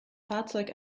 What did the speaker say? fahrzeug